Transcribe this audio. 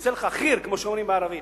שיצא לך ח'יר, כמו שאומרים בערבית,